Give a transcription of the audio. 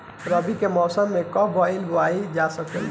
रवि के मौसम में का बोआई कईल जा सकत बा?